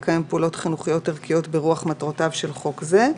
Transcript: לקיים פעולות חינוכיות-ערכיות ברוח מטרותיו של חוק זה.